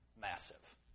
massive